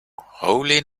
holy